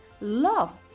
love